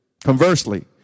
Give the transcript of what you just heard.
Conversely